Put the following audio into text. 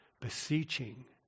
beseeching